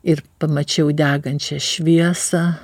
ir pamačiau degančią šviesą